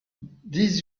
dix